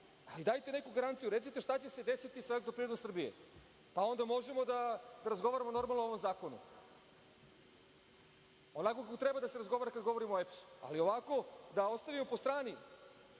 ali dajte neku garanciju, recite šta će se desiti sa „Elektroprivredom Srbije“, pa onda možemo da razgovaramo normalno o zakonu, onako kako treba da se razgovara kada govorimo o EPS-u, ali ovako da ostavimo po strani